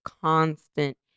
constant